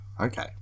okay